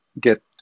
get